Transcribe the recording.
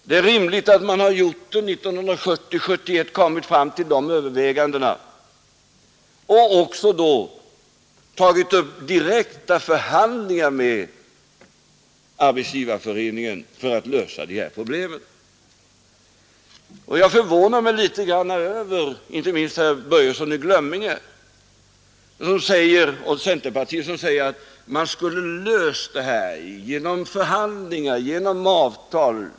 Det är rimligt att man kommit fram till de övervägandena 1970-1971 och också då tagit upp direkta förhandlingar med Arbetsgivareföreningen för att lösa de här problemen. Jag förvånar mig litet grand över inte minst vad herr Börjesson i Glömminge och Nr 142 centerpartiet säger om att man skulle ha löst det här genom förhandlingar Torsdagen den och genom avtal.